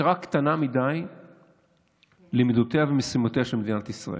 המשטרה קטנה מדי למידותיה ומשימותיה של מדינת ישראל.